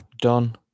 done